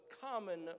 common